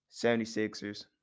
76ers